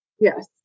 Yes